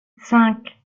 cinq